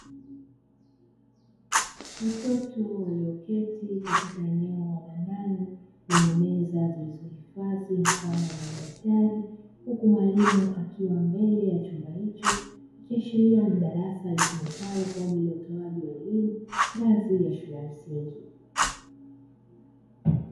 Watoto walioketi katika eneo la ndani lenye meza zilizohifadhi mfano wa madaftari huku mwalimu akiwa mbele ya chumba hicho, ikiashiria ni darasa litumikalo kwa ajili ya utoaji wa elimu ngazi ya shule ya msingi.